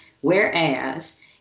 Whereas